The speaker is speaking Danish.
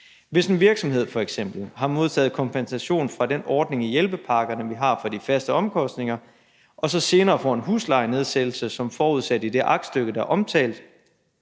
Hvis en virksomhed f.eks. har modtaget kompensation fra den ordning i hjælpepakkerne, vi har for de faste omkostninger, og så senere får en huslejenedsættelse som forudsat i det aktstykke, der er omtalt,